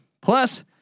Plus